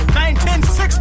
1960